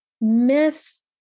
Myth